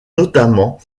notamment